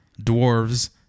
dwarves